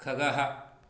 खगः